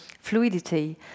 fluidity